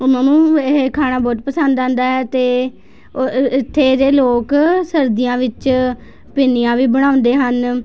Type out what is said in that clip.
ਉਹਨਾਂ ਨੂੰ ਇਹ ਖਾਣਾ ਬਹੁਤ ਪਸੰਦ ਆਉਂਦਾ ਅਤੇ ਇੱਥੇ ਦੇ ਲੋਕ ਸਰਦੀਆਂ ਵਿੱਚ ਪਿੰਨੀਆਂ ਵੀ ਬਣਾਉਂਦੇ ਹਨ